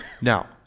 Now